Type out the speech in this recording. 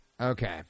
Okay